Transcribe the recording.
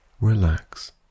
relax